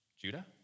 Judah